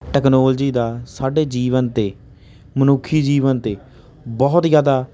technology ਦਾ ਸਾਡੇ ਜੀਵਨ 'ਤੇ ਮਨੁੱਖੀ ਜੀਵਨ 'ਤੇ ਬਹੁਤ ਜ਼ਿਆਦਾ